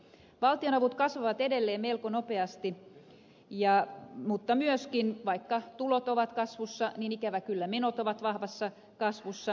valtionavut kasvavat edelleen melko nopeasti mutta myöskin vaikka tulot ovat kasvussa niin ikävä kyllä menot ovat vahvassa kasvussa